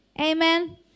Amen